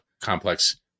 complex